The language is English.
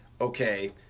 okay